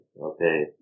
okay